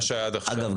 אגב,